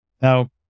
Now